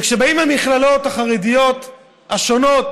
וכשבאים למכללות החרדיות השונות